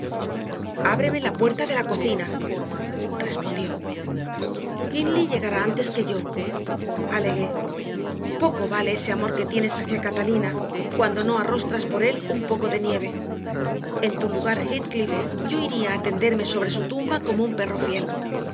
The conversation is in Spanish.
ábreme la puerta de la cocina respondió hindley llegará antes que yo alegué poco vale ese amor que tienes hacia catalina cuando no arrostras por él un poco de nieve en tu lugar heathcliff yo iría a tenderme sobre su tumba como un perro fiel